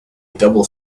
double